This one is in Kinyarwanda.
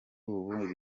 ubu